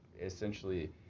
essentially